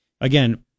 Again